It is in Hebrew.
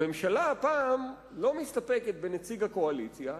הממשלה הפעם לא מסתפקת בנציג הקואליציה,